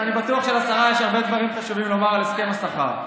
ואני בטוח שלשרה יש הרבה דברים חשובים לומר על הסכם השכר.